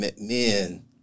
men